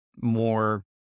more